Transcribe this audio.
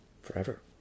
forever